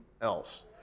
else